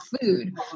food